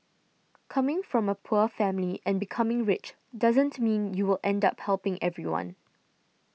coming from a poor family and becoming rich doesn't mean you will end up helping everyone